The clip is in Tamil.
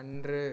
அன்று